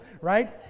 right